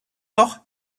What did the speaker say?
doch